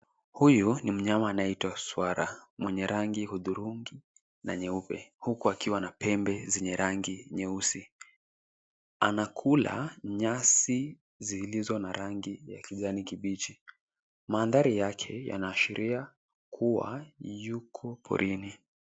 Huyu ni mnyama anaitwa swara mwenye rangi hudhurungi na nyeupe, huku akiwa na pembe zenye rangi nyeusi. Anakula nyasi zilizo na rangi ya kijani kibichi. Mandhari yake yanaashiria kuwa yuko porini.